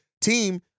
team